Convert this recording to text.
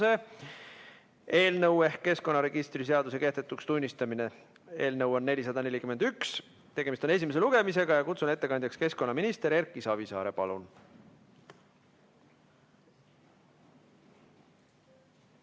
seaduse (keskkonnaregistri seaduse kehtetuks tunnistamine) eelnõu 441, tegemist on esimese lugemisega. Kutsun ettekandjaks keskkonnaminister Erki Savisaare. Palun!